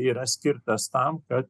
yra skirtas tam kad